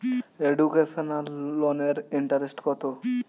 Educational লোনের interest কত?